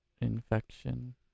infection